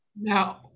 No